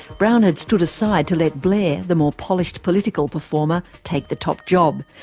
brown had stood aside to let blair, the more polished political performer, take the top job,